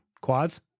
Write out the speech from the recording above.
Quads